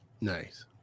Nice